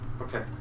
okay